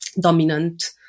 dominant